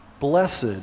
Blessed